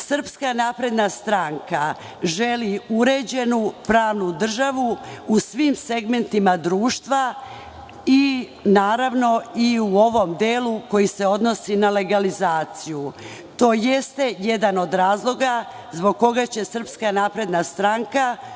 Srpska napredna stranka želi uređenu pravnu državu u svim segmentima društva i naravno i u ovom delu koji se odnosi na legalizaciju. To jeste jedan od razloga zbog koga će SNS u danu za glasanje podržati